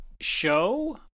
show